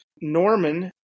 Norman